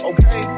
Okay